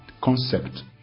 concept